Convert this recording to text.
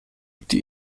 die